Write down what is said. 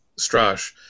Strash